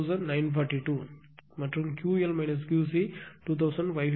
எனவே P க்கு 6942 மற்றும் QL QC 2556